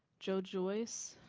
joe joyce,